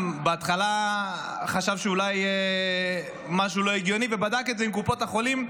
ובהתחלה הוא חשב שאולי משהו לא הגיוני ובדק את זה עם קופות החולים.